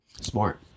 Smart